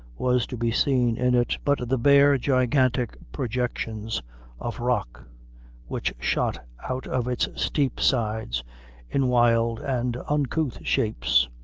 was to be seen in it but the bare gigantic projections of rock which shot out of its steep sides in wild and uncouth shapes,